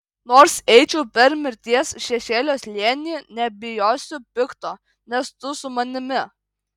nors eičiau per mirties šešėlio slėnį nebijosiu pikto nes tu su manimi